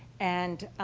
and,